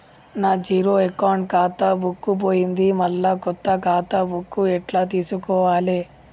నా zero account ఖాతా book పోయింది మళ్ళా కొత్త ఖాతా బుక్కు ఎట్ల తీసుకోవాలే?